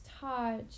touch